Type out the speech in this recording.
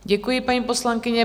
Děkuji, paní poslankyně.